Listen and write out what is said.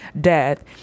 death